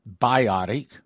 biotic